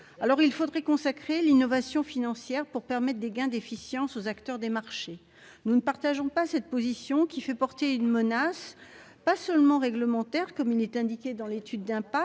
il faudrait consacrer l'innovation financière pour permettre des gains d'efficience aux acteurs des marchés. Nous ne partageons pas cette position qui fait porter une menace pas seulement réglementaire comme il est indiqué dans l'étude d'impact,